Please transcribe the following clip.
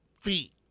feet